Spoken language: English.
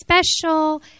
special